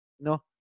No